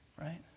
right